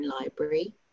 library